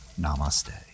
namaste